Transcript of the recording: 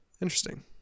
Interesting